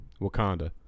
Wakanda